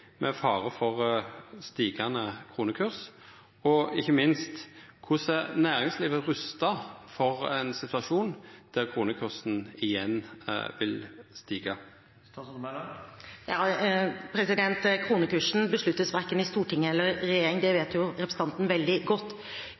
med fare for stigande kronekurs? Og ikkje minst: Korleis er næringslivet rusta for ein situasjon der kronekursen igjen vil stiga? Ja, kronekursen besluttes verken i Stortinget eller i regjeringen, det vet jo representanten veldig godt.